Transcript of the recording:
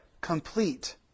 complete